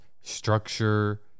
structure